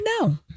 No